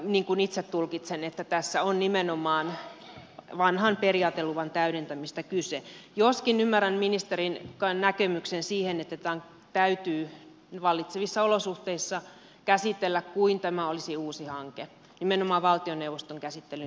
niin kuin itse tulkitsen tässä on nimenomaan vanhan periaateluvan täydentämisestä kyse joskin ymmärrän ministerin näkemyksen siitä että tätä täytyy vallitsevissa olosuhteissa käsitellä kuin tämä olisi uusi hanke nimenomaan valtioneuvoston käsittelyn taholta